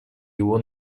его